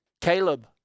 Caleb